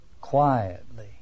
quietly